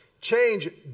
Change